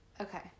Okay